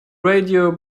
radio